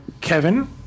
Kevin